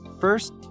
First